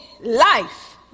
life